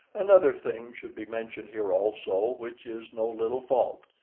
another thing should be mentioned here also, which is no little fault.